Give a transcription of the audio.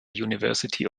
university